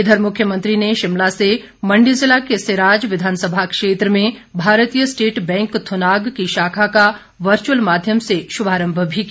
इधर मुख्यमंत्री ने शिमला से मंडी जिला के सराज विधानसभा क्षेत्र में भारतीय स्टेट बैंक थुनाग की शाखा का वर्चुअल माध्यम से शुभारम्भ भी किया